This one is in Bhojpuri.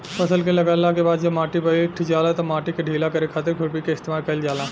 फसल के लागला के बाद जब माटी बईठ जाला तब माटी के ढीला करे खातिर खुरपी के इस्तेमाल कईल जाला